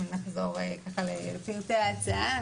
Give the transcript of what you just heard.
נחזור לפרטי ההצעה,